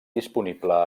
disponible